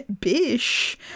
bish